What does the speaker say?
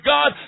God